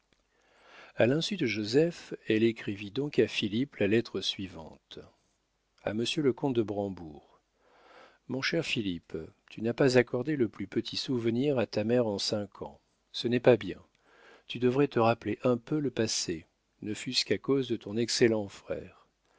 a l'insu de joseph elle écrivit donc à philippe la lettre suivante a monsieur le comte de brambourg mon cher philippe tu n'as pas accordé le plus petit souvenir à ta mère en cinq ans ce n'est pas bien tu devrais te rappeler un peu le passé ne fût-ce qu'à cause de ton excellent frère